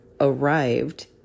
arrived